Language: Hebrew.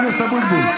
חבר הכנסת אבוטבול?